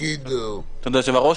היושב-ראש,